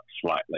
slightly